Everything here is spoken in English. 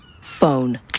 Phone